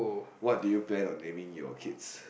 what did you plan on naming your kids